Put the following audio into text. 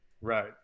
Right